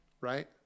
right